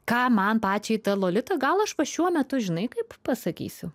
ką man pačiai ta lolita gal aš va šiuo metu žinai kaip pasakysiu